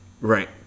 Right